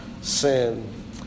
sin